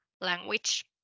language